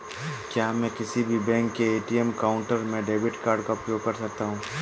क्या मैं किसी भी बैंक के ए.टी.एम काउंटर में डेबिट कार्ड का उपयोग कर सकता हूं?